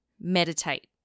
meditate